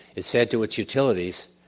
it said to its utilities,